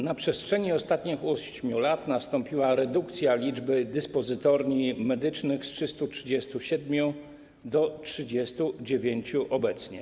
Na przestrzeni ostatnich 8 lat nastąpiła redukcja liczby dyspozytorni medycznych z 337 do 39 obecnie.